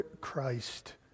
Christ